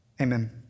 Amen